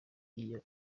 iyo